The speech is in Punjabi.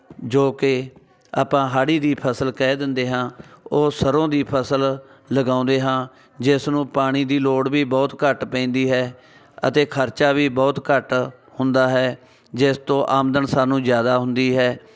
ਜੋ ਕਿ ਆਪਾਂ ਹਾੜੀ ਦੀ ਫਸਲ ਕਹਿ ਦਿੰਦੇ ਹਾਂ ਉਹ ਸਰ੍ਹੋਂ ਦੀ ਫਸਲ ਲਗਾਉਂਦੇ ਹਾਂ ਜਿਸ ਨੂੰ ਪਾਣੀ ਦੀ ਲੋੜ ਵੀ ਬਹੁਤ ਘੱਟ ਪੈਂਦੀ ਹੈ ਅਤੇ ਖਰਚਾ ਵੀ ਬਹੁਤ ਘੱਟ ਹੁੰਦਾ ਹੈ ਜਿਸ ਤੋਂ ਆਮਦਨ ਸਾਨੂੰ ਜ਼ਿਆਦਾ ਹੁੰਦੀ ਹੈ